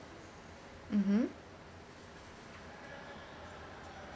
mmhmm